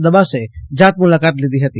દબાસે જાત મુલાકાત લીધી ફતી